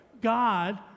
God